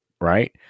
Right